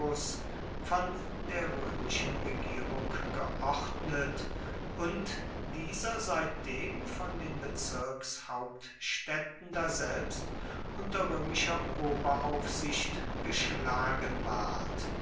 von der römischen regierung geordnet und dieser seitdem von den bezirkshauptstädten daselbst unter römischer oberaufsicht geschlagen ward